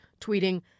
tweeting